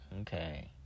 Okay